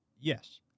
Yes